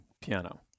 piano